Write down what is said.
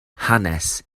hanes